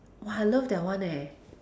!wah! I love that [one] eh